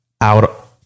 out